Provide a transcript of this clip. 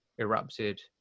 erupted